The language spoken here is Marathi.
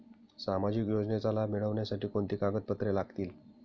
सामाजिक योजनेचा लाभ मिळण्यासाठी कोणती कागदपत्रे लागतील?